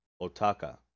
Otaka